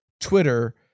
Twitter